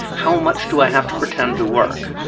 how much do i have to pretend to work?